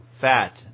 fat